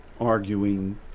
arguing